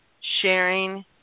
sharing